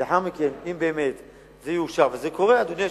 אם באמת זה יאושר, וזה קורה, אדוני היושב-ראש.